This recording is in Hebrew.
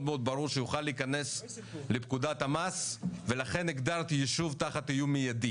מאוד ברור שיוכל להיכנס לפקודת המס ולכן הגדרתי 'ישוב תחת איום מיידי'